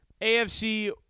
AFC